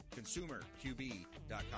ConsumerQB.com